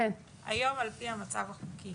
היום על פי המצב החוקי